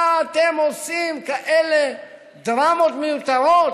מה אתם עושים כאלה דרמות מיותרות?